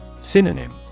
Synonym